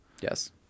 Yes